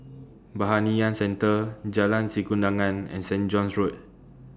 Centre Jalan Sikudangan and Saint John's Road